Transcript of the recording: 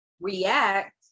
react